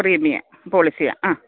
premium പോളിസിയാണ് ആ